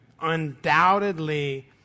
undoubtedly